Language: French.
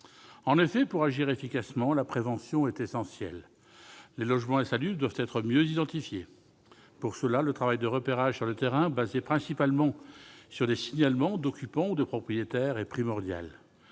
En effet, pour agir efficacement, la prévention est essentielle. Les logements insalubres doivent être mieux identifiés. Pour cela, le travail de repérage sur le terrain, fondé principalement sur des signalements d'occupants ou de propriétaires, est essentiel.